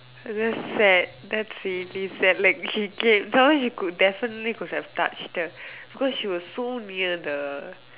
that's sad that's really sad like he came some more you could definitely could have touched her because she was near the